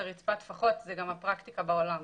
רצפת טפחות זאת גם הפרקטיקה בעולם,